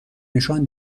نشان